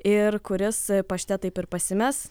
ir kuris pašte taip ir pasimes